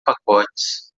pacotes